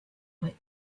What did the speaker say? but